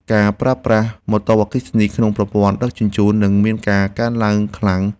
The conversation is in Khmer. ការប្រើប្រាស់ម៉ូតូអគ្គិសនីក្នុងប្រព័ន្ធដឹកជញ្ជូន នឹងមានការកើនឡើងខ្លាំង។